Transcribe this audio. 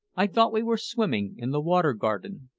i thought we were swimming in the water garden.